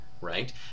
Right